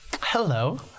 hello